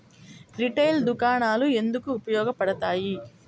Retail దుకాణాలు ఎందుకు ఉపయోగ పడతాయి?